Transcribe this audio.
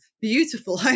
beautiful